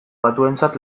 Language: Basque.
batuentzat